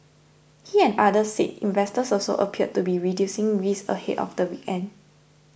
he and others said investors also appeared to be reducing risk ahead of the weekend